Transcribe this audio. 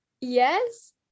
yes